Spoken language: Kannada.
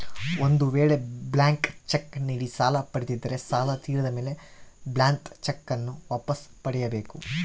ಒಂದು ವೇಳೆ ಬ್ಲಾಂಕ್ ಚೆಕ್ ನೀಡಿ ಸಾಲ ಪಡೆದಿದ್ದರೆ ಸಾಲ ತೀರಿದ ಮೇಲೆ ಬ್ಲಾಂತ್ ಚೆಕ್ ನ್ನು ವಾಪಸ್ ಪಡೆಯ ಬೇಕು